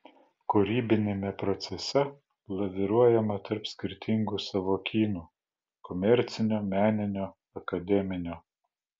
kūrybiniame procese laviruojama tarp skirtingų sąvokynų komercinio meninio akademinio